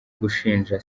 gushinja